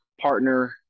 partner